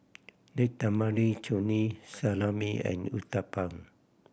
Date Tamarind Chutney Salami and Uthapam